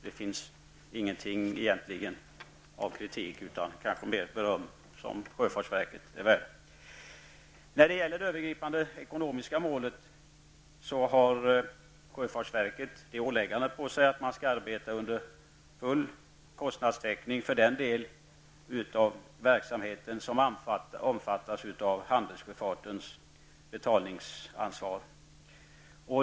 Det förekommer egentligen ingen kritik utan kanske mer beröm, vilket sjöfartsverket också är värt. När det gäller det övergripande ekonomiska målet har sjöfartsverket det åläggandet att man skall arbeta med full kostnadstäckning för den del av verksamheten som omfattas av handelssjöfartens betalningsansvar.